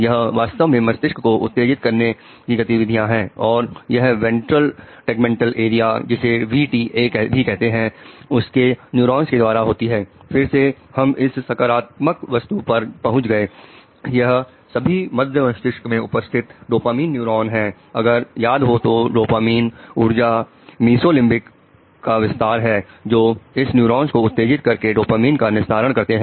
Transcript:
यह वास्तव में मस्तिष्क को उत्तेजित करने की गतिविधियां हैं और यह वेंट्रल टैगमेंटल एरिया का विस्तार है जो इन न्यूरॉन्स को उत्तेजित करके डोपामिन का निस्तारण करते हैं